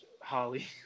Holly